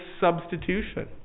substitution